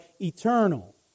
eternal